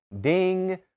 Ding